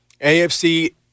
AFC